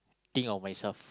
think of myself